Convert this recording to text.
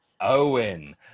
owen